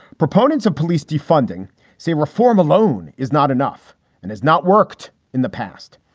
proponents of police defunding say reform alone is not enough and has not worked in the past.